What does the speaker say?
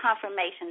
confirmation